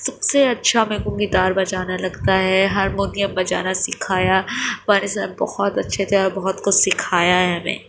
سب سے اچھا میرے کو گٹار بجانا لگتا ہے ہارمونیم بجانا سکھایا پر سر بہت اچھے تھے اور بہت کچھ سکھایا ہے ہمیں